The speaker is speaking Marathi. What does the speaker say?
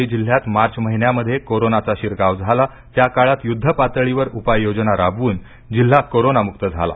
सांगली जिल्ह्यात मार्च महिन्यामध्ये कोरोनाचा शिरकाव झाला त्या काळात यूद्धपातळीवर उपाययोजना राबवून जिल्हा कोरोनामुक्त झाला